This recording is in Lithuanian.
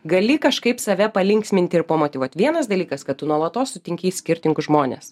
gali kažkaip save palinksminti ir pamotyvuoti vienas dalykas kad tu nuolatos sutinki skirtingus žmones